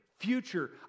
future